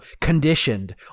conditioned